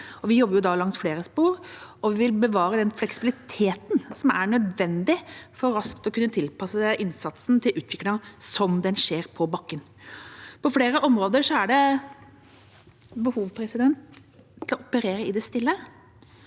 Vi jobber langs flere spor, og vi vil bevare den fleksibiliteten som er nødvendig for raskt å kunne tilpasse innsatsen til utviklingen slik den skjer på bakken. På flere områder er det behov for å operere i det stille.